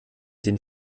den